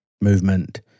movement